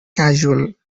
causing